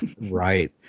Right